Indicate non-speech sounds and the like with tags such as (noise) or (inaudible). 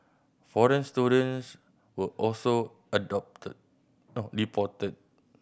foreign students were also adopted (hesitation) deported